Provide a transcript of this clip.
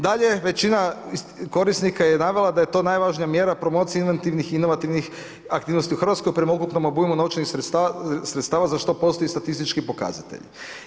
Dalje, većina korisnika je navela da je to najvažnija mjera promocija inventivnih inovativnih aktivnosti u Hrvatskoj prema ukupnom obujmu novčanih sredstava za što postoje statistički pokazatelji.